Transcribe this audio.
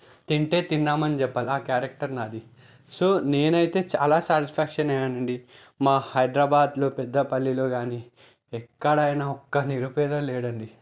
తింటే తిన్నాం అని చెప్పాలి ఆ క్యారెక్టర్ నాది సో నేను అయితే చాలా స్యాటిస్ఫ్యాక్షన్ అయ్యాను అండి మా హైదరాబాద్లో పెద్దపల్లిలో కానీ ఎక్కడైనా ఒక నిరుపేద లేడు అండి